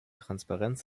transparenz